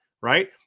right